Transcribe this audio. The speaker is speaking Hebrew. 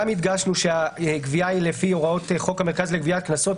גם הדגשנו שהגבייה היא לפי הוראות חוק המרכז לגביית קנסות,